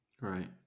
Right